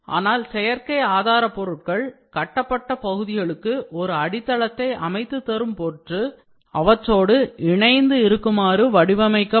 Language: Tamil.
ஆனால் செயற்கை ஆதாரபொருட்கள் கட்டப்பட்ட பகுதிகளுக்கு ஒரு அடித்தளத்தை அமைத்து தரும் பொருட்டு அவற்றோடு இணைந்து இருக்குமாறு வடிவமைக்கப்படும்